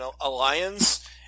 alliance